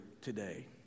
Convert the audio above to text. today